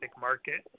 market